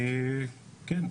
כן,